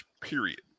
period